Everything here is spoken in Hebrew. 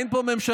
אין פה ממשלה,